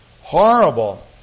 horrible